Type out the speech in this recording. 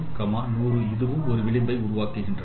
100 100 இதுவும் ஒரு விளிம்பை உருவாக்குகின்றன